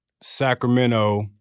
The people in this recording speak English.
Sacramento